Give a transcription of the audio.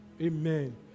Amen